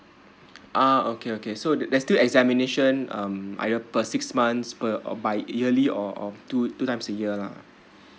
ah okay okay so there's still examination um either per six months per or by yearly or or two two times a year lah